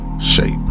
shape